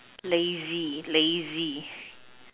lazy lazy